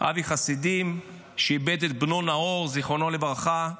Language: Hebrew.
אבי חסידים, שאיבד את בנו נאור, זיכרונו לברכה,